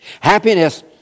Happiness